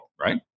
right